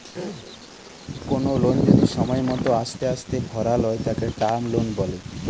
কোনো লোন যদি সময় মতো আস্তে আস্তে ভরালয় তাকে টার্ম লোন বলে